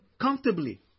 comfortably